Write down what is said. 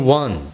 one